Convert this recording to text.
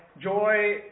joy